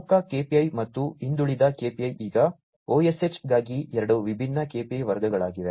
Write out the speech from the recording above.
ಪ್ರಮುಖ KPI ಮತ್ತು ಹಿಂದುಳಿದ KPI ಈಗ OSH ಗಾಗಿ ಎರಡು ವಿಭಿನ್ನ KPI ವರ್ಗಗಳಾಗಿವೆ